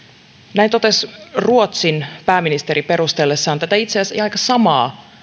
näin totesi ruotsin pääministeri perustellessaan itse asiassa aika samaa